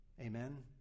Amen